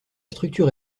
structure